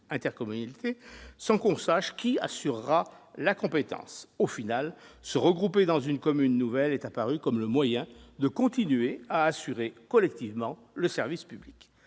intercommunalité, sans que l'on sache qui assurera la compétence. Finalement, se regrouper dans une commune nouvelle est apparu comme le moyen de continuer à assurer collectivement le service public.